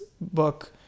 book